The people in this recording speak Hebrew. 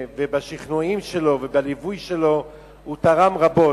בשכנועים שלו ובליווי שלו הוא תרם רבות.